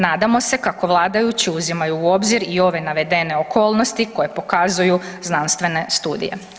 Nadamo se kako vladajući uzimaju u obzir i ove navedene okolnosti koje pokazuju znanstvene studije.